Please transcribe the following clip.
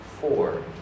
four